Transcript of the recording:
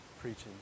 preaching